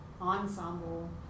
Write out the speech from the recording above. ensemble